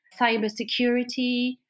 cybersecurity